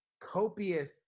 copious